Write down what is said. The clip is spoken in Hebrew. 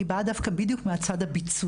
אני באה בדיוק דווקא מהצד הביצועי,